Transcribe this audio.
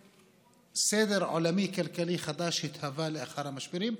וסדר עולמי כלכלי חדש התהווה לאחר השברים.